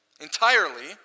entirely